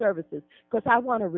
services because i want